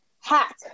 hack